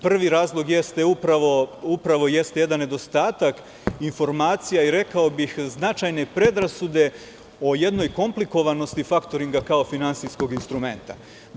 Prvi razlog jeste upravo jedan nedostatak informacija, i rekao bih, značajne predrasude o jednoj komplikovanosti faktoringa kao finansijskog instrumenta.